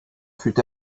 fut